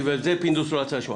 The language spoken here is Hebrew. ואת זה פינדרוס לא רצה לשמוע,